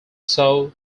saw